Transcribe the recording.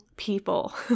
People